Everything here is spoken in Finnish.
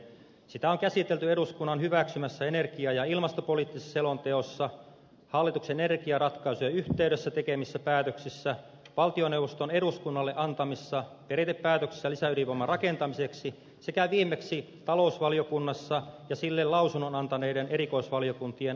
sitä on käsitelty eduskunnan hyväksymässä energia ja ilmastopoliittisessa selonteossa hallituksen energiaratkaisujen yhteydessä tehdyissä päätöksissä valtioneuvoston eduskunnalle antamissa periaatepäätöksissä lisäydinvoiman rakentamiseksi sekä viimeksi talousvaliokunnassa ja sille lausunnon antaneiden erikoisvaliokuntien asiantuntijakuulemisissa